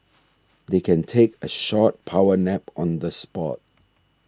they can take a short power nap on the spot